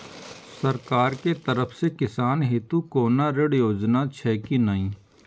सरकार के तरफ से किसान हेतू कोना ऋण योजना छै कि नहिं?